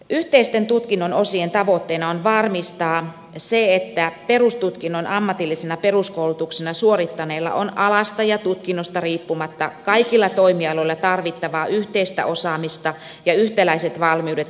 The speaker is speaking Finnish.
yhteisten tutkinnon osien tavoitteena on varmistaa se että perustutkinnon ammatillisena peruskoulutuksena suorittaneille on alasta ja tutkinnosta riippumatta kaikilla toimialoilla tarvittavaa yhteistä osaamista ja yhtäläiset valmiudet elinikäiseen oppimiseen